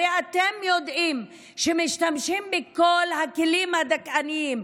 הרי אתם יודעים שמשתמשים בכל הכלים הדכאניים,